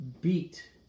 beat